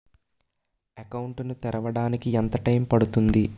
Account ను తెరవడానికి ఎంత టైమ్ పడుతుంది?